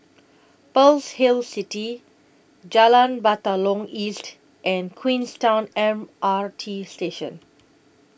Pearl's Hill City Jalan Batalong East and Queenstown M R T Station